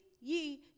ye